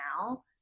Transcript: now